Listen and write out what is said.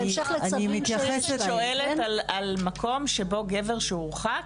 בעצם שואלת על מקום שבו גבר שהורחק,